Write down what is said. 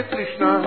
Krishna